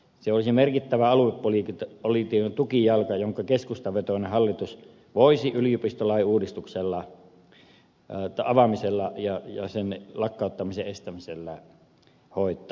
se olisi merkittävä aluepolitiikan tukijalka jonka keskustavetoinen hallitus voisi yliopistolain uudistuksen avaamisella ja sen lakkauttamisen estämisellä hoitaa